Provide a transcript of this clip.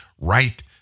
right